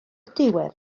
diwedd